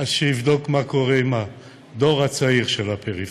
שיבדוק מה קורה עם הדור הצעיר של הפריפריה.